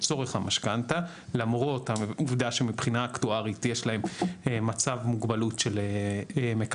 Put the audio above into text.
לדחות אנשים מביטוח אלא מנימוקים אקטוארים או מנימוקים של מבטח